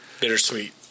bittersweet